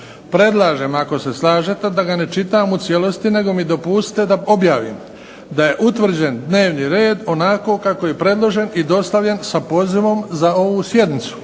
Predlažem, ako se slažete da ga ne čitam u cijelosti, nego mi dopustite da objavim da je utvrđen dnevni red, onako kako je predložen i dostavljen sa pozivom za ovu sjednicu.